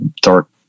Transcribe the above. dark